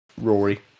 Rory